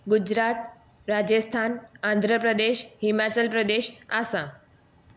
Gujarat Rajasthan Andhra Pradesh Himachal Pradesh Assam